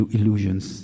Illusions